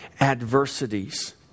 adversities